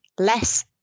less